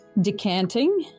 decanting